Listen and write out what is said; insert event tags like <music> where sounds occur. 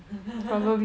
<laughs>